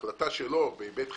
בהחלטה שלו, בהיבט חקיקתי,